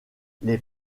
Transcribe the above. les